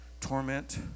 torment